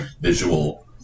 visual